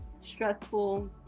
stressful